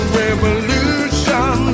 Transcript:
revolution